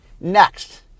next